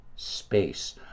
Space